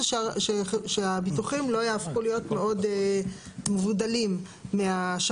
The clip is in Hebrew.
זה שהביטוחים לא יהפכו להיות מאוד מבודלים מהשב"נים.